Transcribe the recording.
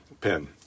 pen